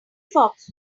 fox